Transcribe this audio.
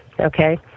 Okay